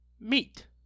meat